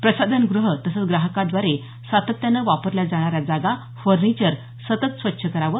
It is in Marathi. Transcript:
प्रसाधनगृह तसंच ग्राहकांद्वारे सातत्यानं वापरल्या जाणाऱ्या जागा फर्नीचर सतत स्वच्छ करावं